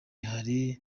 hari